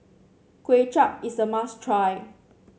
Kuay Chap is a must try